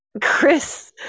Chris